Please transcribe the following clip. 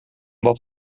dat